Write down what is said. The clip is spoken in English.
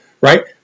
right